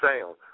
sound